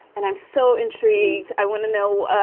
and i'm so intrigued. i want to know